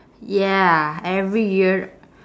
ya every year